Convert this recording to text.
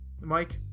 mike